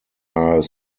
are